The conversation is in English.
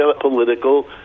political